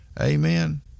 amen